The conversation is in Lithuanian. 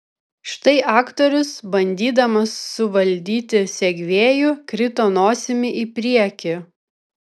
štai aktorius bandydamas suvaldyti segvėjų krito nosimi į priekį